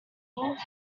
leaned